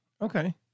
okay